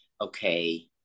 okay